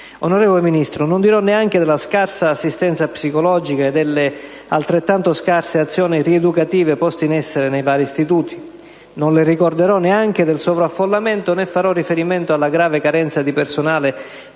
Onorevole Ministro, non dirò neanche della scarsa assistenza psicologica e delle altrettanto scarse azioni rieducative poste in essere nei vari istituti; non le ricorderò neanche del sovraffollamento, né farò riferimento alla grave carenza di personale,